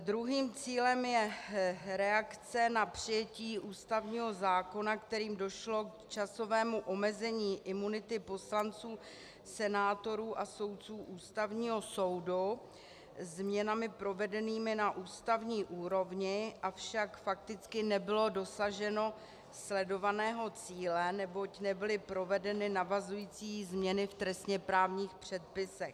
Druhým cílem je reakce na přijetí ústavního zákona, kterým došlo k časovému omezení imunity poslanců, senátorů a soudců Ústavního soudu změnami provedenými na ústavní úrovni, avšak fakticky nebylo dosaženo sledovaného cíle, neboť nebyly provedeny navazující změny v trestněprávních předpisech.